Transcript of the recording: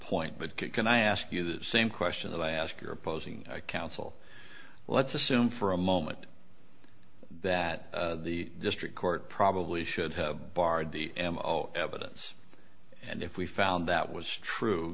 point but can i ask you the same question that i ask your opposing counsel let's assume for a moment that the district court probably should have barred the evidence and if we found that was true